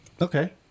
Okay